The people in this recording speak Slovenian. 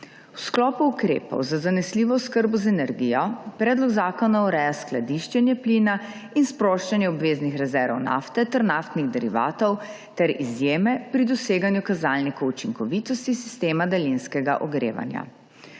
V sklopu ukrepov za zanesljivo oskrbo z energijo, predlog zakona ureja skladiščenje plina in sproščanje obveznih rezerv nafte ter naftnih derivatov ter izjeme pri doseganju kazalnikov učinkovitosti sistema daljinskega ogrevanja.